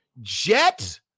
Jet